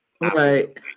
Right